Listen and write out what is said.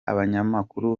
abanyamakuru